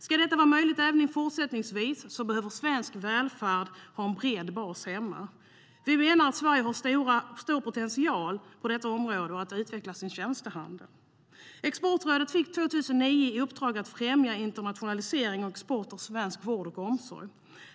Ska detta vara möjligt även fortsättningsvis behöver svensk välfärd ha en bred bas hemma. Vi menar att Sverige har stor potential att utveckla sin tjänstehandel på detta område. Exportrådet fick 2009 i uppdrag att främja internationalisering och export av svensk vård och omsorg.